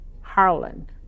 Harlan